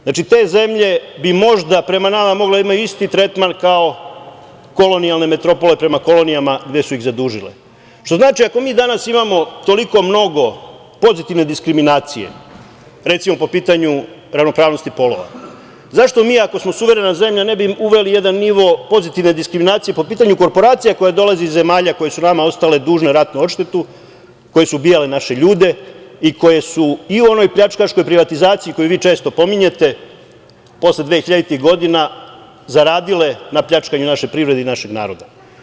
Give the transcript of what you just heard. Znači, te zemlje bi možda prema nama mogle imati isti tretman kao kolonijalne metropole prema kolonijama gde su iz zadužile, što znači ako mi danas imamo toliko mnogo pozitivne diskriminacije, recimo po pitanju ravnopravnosti polova, zašto mi ako smo suverena zemlja ne bi uveli jedan nivo pozitivne diskriminacije po pitanju korporacija koje dolaze iz zemalja koje su nama ostale dužne ratnu odštetu, koje su ubijale naše ljude i koje su i u onoj pljačkaškoj privatizaciji, koju vi često pominjete, posle dvehiljaditih godina zaradile na pljačkanju naše privrede i našeg naroda.